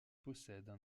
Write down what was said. possèdent